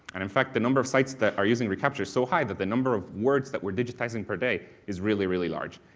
and in fact, the number of sites that are using recaptcha is so high that the number of words that we're digitizing per day is really really large.